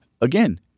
again—